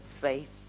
faith